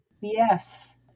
Yes